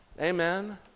Amen